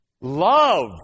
love